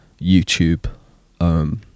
YouTube